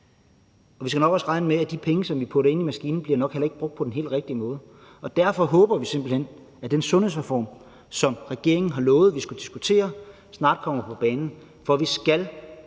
vi skal nok også regne med, at de penge, som vi putter ind i maskinen, heller ikke bliver brugt på den helt rigtige måde. Derfor håber vi simpelt hen, at den sundhedsreform, som regeringen har lovet at vi skulle diskutere, snart kommer på banen, for vi skal